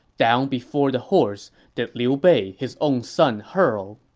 down before the horse did liu bei his own son hurl!